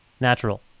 natural